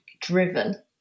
driven